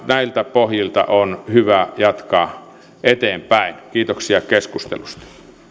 näiltä pohjilta on hyvä jatkaa eteenpäin kiitoksia keskustelusta